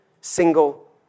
single